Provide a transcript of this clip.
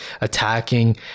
attacking